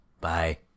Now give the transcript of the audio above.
Bye